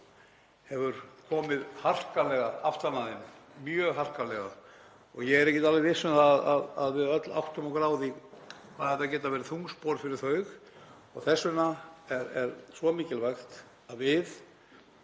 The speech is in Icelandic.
hefur komið harkalega aftan að þeim, mjög harkalega. Ég er ekki alveg viss um að við öll áttum okkur á því hvað þetta geta verið þung spor fyrir þau. Þess vegna er svo mikilvægt að við